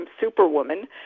superwoman